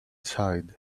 side